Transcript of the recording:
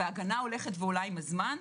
והגנה עולה עם הזמן,